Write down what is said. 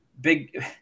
Big